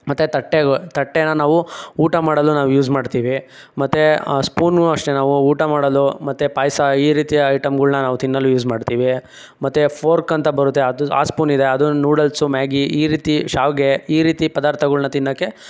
ಮತ್ತೆ ತಟ್ಟೆ ತಟ್ಟೆನ ನಾವು ಊಟ ಮಾಡಲು ನಾವು ಯೂಸ್ ಮಾಡ್ತೀವಿ ಮತ್ತೆ ಸ್ಪೂನು ಅಷ್ಟೆ ನಾವು ಊಟ ಮಾಡಲು ಮತ್ತೆ ಪಾಯಸ ಈ ರೀತಿಯ ಐಟಮ್ಗಳನ್ನ ನಾವು ತಿನ್ನಲು ಯೂಸ್ ಮಾಡ್ತೀವಿ ಮತ್ತೆ ಫೋರ್ಕ್ ಅಂತ ಬರುತ್ತೆ ಅದು ಆ ಸ್ಪೂನ್ ಇದೆ ಅದನ್ನು ನೂಡಲ್ಸ್ ಮ್ಯಾಗಿ ಈ ರೀತಿ ಶ್ಯಾವಿಗೆ ಈ ರೀತಿ ಪದಾರ್ಥಗಳನ್ನ ತಿನ್ನೋಕ್ಕೆ